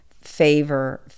favor